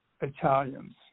Italians